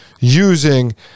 using